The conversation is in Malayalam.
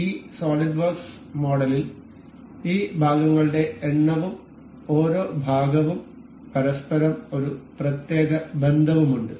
ഈ സോളിഡ് വർക്ക്സ് മോഡലിൽ ഈ ഭാഗങ്ങളുടെ എണ്ണവും ഓരോ ഭാഗവും പരസ്പരം ഒരു പ്രത്യേക ബന്ധവുമുണ്ട്